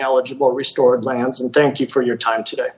eligible restored lance and thank you for your time today